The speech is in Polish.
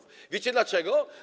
Wiecie dlaczego?